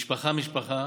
משפחה-משפחה,